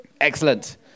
Excellent